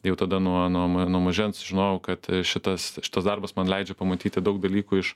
jau tada nuo nuo nuo mažens žinojau kad šitas šitas darbas man leidžia pamatyti daug dalykų iš